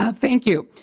um thank you.